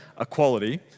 equality